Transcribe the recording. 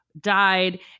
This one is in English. died